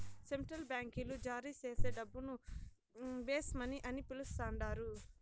central బాంకీలు జారీచేసే డబ్బును బేస్ మనీ అని పిలస్తండారు